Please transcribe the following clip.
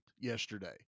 yesterday